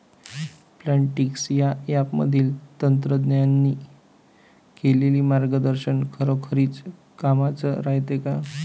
Plantix या ॲपमधील तज्ज्ञांनी केलेली मार्गदर्शन खरोखरीच कामाचं रायते का?